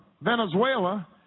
venezuela